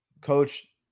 coach